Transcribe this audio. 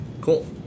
Cool